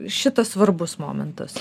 šitas svarbus momentas